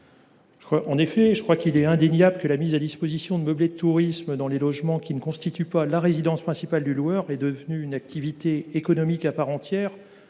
En effet, il est indéniable que la mise à disposition de meublés de tourisme dans des logements qui ne constituent pas la résidence principale du loueur est devenue une activité économique à part entière,